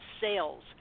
sales